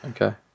Okay